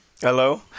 Hello